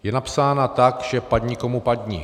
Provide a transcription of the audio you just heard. Je napsána tak, že padni komu padni.